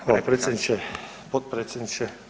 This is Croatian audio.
Hvala predsjedniče, potpredsjedniče.